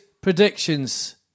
Predictions